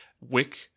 Wick